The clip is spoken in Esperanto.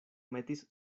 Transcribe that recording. metis